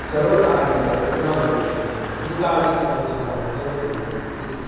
सर्वकारीयरुग्नालयेषु अधिकाधिक अवधानं भवतु इति